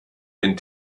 den